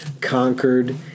conquered